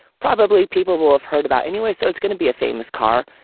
probably people will have heard about anyway. so it's gonna be a famous car.